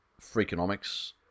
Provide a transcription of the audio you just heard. Freakonomics